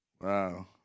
Wow